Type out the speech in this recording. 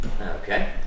Okay